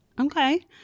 okay